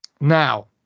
Now